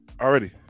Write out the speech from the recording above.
already